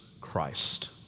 Christ